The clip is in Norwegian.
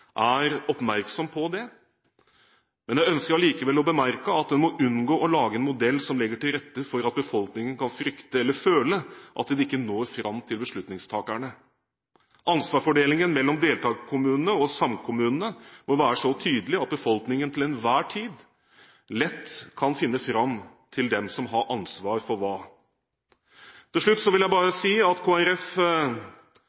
er oppmerksom på det. Men jeg ønsker allikevel å bemerke at en må unngå å lage en modell som legger til rette for at befolkningen skal frykte eller føle at de ikke når fram til beslutningstakerne. Ansvarsfordelingen mellom deltakerkommunene og samkommunene må være så tydelig at befolkningen til enhver tid lett kan finne fram til hvem som har ansvar for hva. Til slutt vil jeg bare